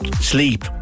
sleep